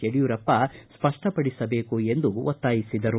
ಯಡಿಯೂರಪ್ಪ ಸ್ಪಷ್ಟಪಡಿಸಬೇಕು ಎಂದು ಒತ್ತಾಯಿಸಿದರು